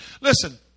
Listen